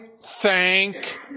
thank